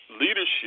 leadership